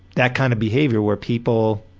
that kind of behaviour where people,